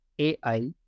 AI